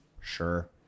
sure